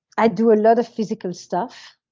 i do a lot of physical stuff.